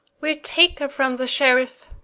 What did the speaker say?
wee'le take her from the sherife